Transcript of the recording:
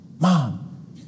mom